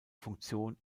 funktion